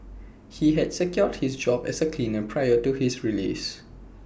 he had secured his job as A cleaner prior to his release